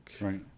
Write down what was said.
Right